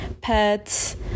pets